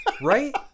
Right